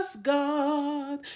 God